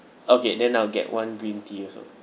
okay then I'll get one green tea also